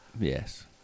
Yes